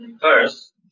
First